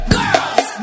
Girls